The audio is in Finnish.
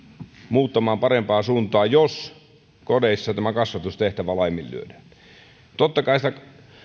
muuttamaan parempaan suuntaan jos kodeissa tämä kasvatustehtävä laiminlyödään totta kai sitä